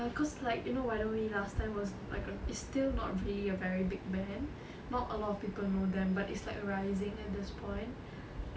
ya because like you know why don't we last time was like a is still not really a very big band not a lot of people know them but it's like rising at this point